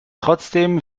trotzdem